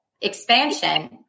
expansion